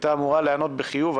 הייתה אמורה להיענות בחיוב.